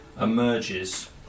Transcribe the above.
emerges